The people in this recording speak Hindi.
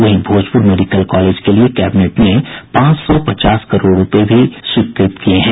वहीं भोजपुर मेडिकल कॉलेज के लिए कैबिनेट ने पांच सौ पचास करोड़ रूपये की भी स्वीकृति दी है